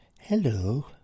hello